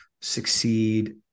succeed